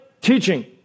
teaching